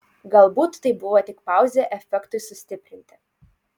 galbūt tai buvo tik pauzė efektui sustiprinti